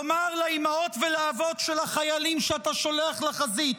לומר לאימהות ולאבות של החיילים שאתה שולח לחזית?